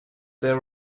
there